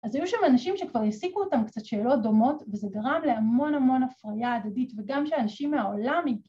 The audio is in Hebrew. ‫אז היו שם אנשים שכבר העסיקו אותם ‫קצת שאלות דומות, ‫וזה גרם להמון המון הפריה הדדית, ‫וגם שאנשים מהעולם הגיעו...